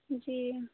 जी